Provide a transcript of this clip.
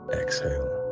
exhale